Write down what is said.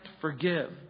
forgive